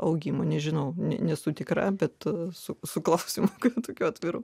augimo nežinau nesu tikra bet su klausimu tokiu atviru